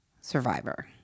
survivor